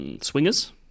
Swingers